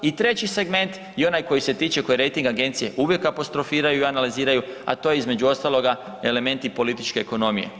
I treći segment je onaj koji se tiče koje rejting agencije uvijek apostrofiraju i analiziraju, a to je između ostaloga elementi političke ekonomije.